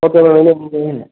okay madam